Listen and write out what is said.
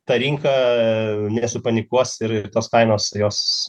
ta rinka nesupanikuos ir ir tos kainos jos